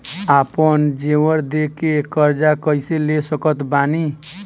आपन जेवर दे के कर्जा कइसे ले सकत बानी?